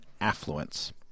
Affluence